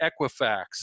Equifax